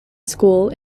school